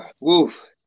Woof